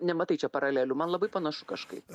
nematai čia paralelių man labai panašu kažkaip